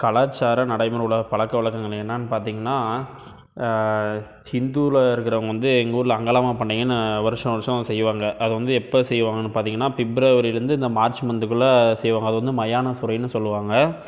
கலாச்சசார நடைமுறையில் உள்ள பழக்கவழக்கங்கள் என்னெனான்னு பார்த்திங்கன்னா ஹிந்தில் இருக்கிறவங்க வந்து எங்கள் ஊரில் அங்காளம்மன் பண்டிகைன்னு வருஷம் வருஷம் செய்வாங்க அது வந்து எப்போ செய்வாங்கன்னு பார்த்திங்கன்னா பிப்ரவரிலேந்து இந்த மார்ச் மன்த்துக்குள்ள செய்வாங்க அது வந்து மயான சூரைனு சொல்லுவாங்க